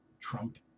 Trump